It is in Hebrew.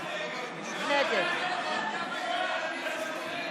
זה יהיה קושי נפשי,